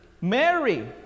Mary